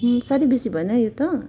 साह्रै बेसी भएन यो त